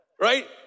Right